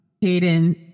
Hayden